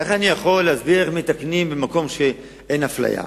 איך אני יכול להסביר איך מתקנים במקום שאין אפליה?